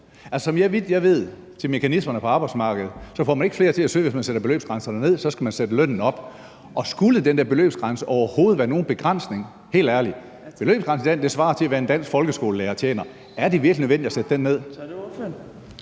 vidt jeg kender til mekanismerne på arbejdsmarkedet, får man ikke flere til at søge, hvis man sætter beløbsgrænsen ned, så skal man sætte lønnen op. Og helt ærligt, skulle den der beløbsgrænse overhovedet være nogen begrænsning? Beløbsgrænsen svarer til det, som en dansk folkeskolelærer tjener. Er det virkelig nødvendigt at sætte den